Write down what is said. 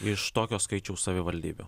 iš tokio skaičiaus savivaldybių